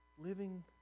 living